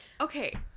Okay